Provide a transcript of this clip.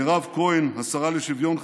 מירב כהן, השרה לשוויון חברתי,